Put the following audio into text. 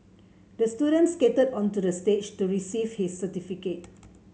the student skated onto the stage to receive his certificate